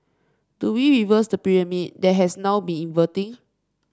do we reverse the pyramid that has now been inverting